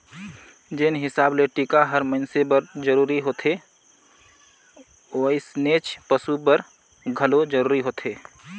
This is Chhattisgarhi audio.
जेन हिसाब ले टिका हर मइनसे बर जरूरी होथे वइसनेच पसु बर घलो जरूरी होथे